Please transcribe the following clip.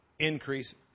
increase